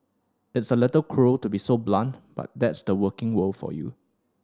it's a little cruel to be so blunt but that's the working world for you